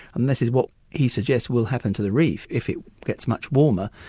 and this is what he suggests will happen to the reef if it gets much warmer,